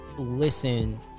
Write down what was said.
listen